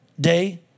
day